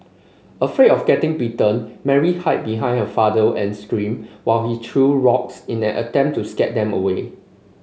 afraid of getting bitten Mary hide behind her father and screamed while he threw rocks in an attempt to scare them away